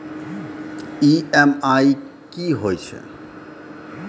EMI कि होय छै?